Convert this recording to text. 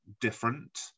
different